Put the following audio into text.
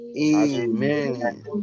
Amen